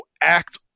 act